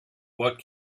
what